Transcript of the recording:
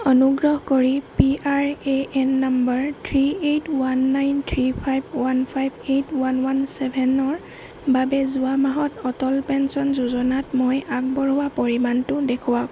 অনুগ্ৰহ কৰি P I A N number three eight one nine three five one five eight one one চেভেনৰ বাবে যোৱা মাহত অটল পেঞ্চন যোজনাত মই আগবঢ়োৱা পৰিমাণটো দেখুৱাওক